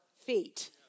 feet